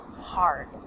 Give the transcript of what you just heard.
hard